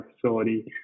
facility